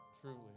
truly